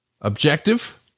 objective